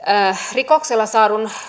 rikoksella saadun